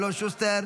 אלון שוסטר,